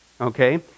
Okay